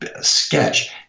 sketch